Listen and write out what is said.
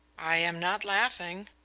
i am not laughing.